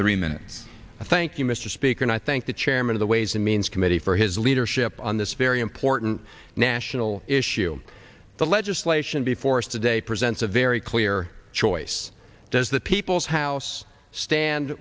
three minutes i thank you mr speaker and i thank the chairman of the ways and means committee for his leadership on this very important national issue the legislation before us today presents a very clear choice does the people's house stand